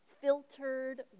filtered